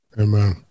Amen